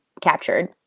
captured